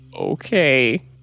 Okay